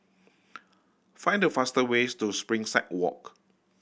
find the fast ways to Springside Walk